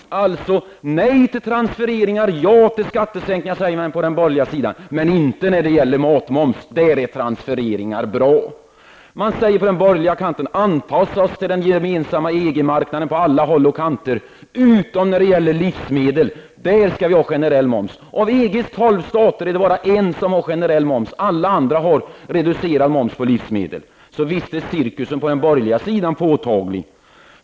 Från den borgerliga sidan säger man nej till transfereringar och ja till skattesänkningar, men inte när det gäller matmoms. Då är transfereringar bättre. Man säger att vi skall anpassa oss till den gemensamma EG-marknaden på alla håll och kanter, utom när det gäller livsmedel, där momsen skall vara generell. Av EGs tolv stater är det bara en som har generell moms. De övriga staterna har reducerad moms på livsmedel. Visst är cirkusen på den borgerliga sidan påtaglig.